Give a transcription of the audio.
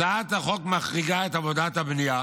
הצעת החוק מחריגה את עבודת הבנייה